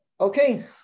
Okay